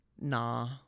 Nah